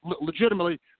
Legitimately